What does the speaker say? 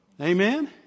Amen